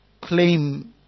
claim